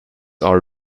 are